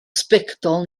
sbectol